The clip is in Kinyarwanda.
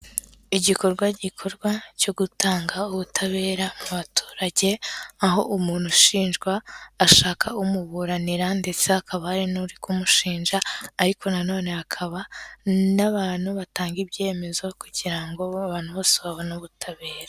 Igikorwa gikorwa cyo gutanga ubutabera mu baturage, aho umuntu ushinjwa, ashaka umuburanira, ndetse akaba hari n'uri kumushinja, ariko nanone hakaba n'abantu batanga ibyemezo, kugira ngo abantu bose babone ubutabera.